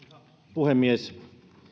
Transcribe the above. puhemies